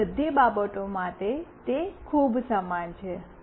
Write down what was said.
અન્ય બધી બાબતો માટે તે ખૂબ સમાન છે